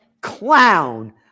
clown